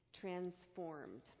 transformed